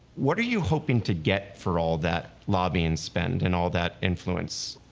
what are you hoping to get for all that lobbying spend and all that influence?